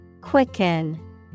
Quicken